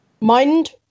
mind